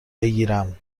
بکیرم